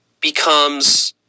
becomes